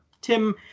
Tim